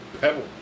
pebble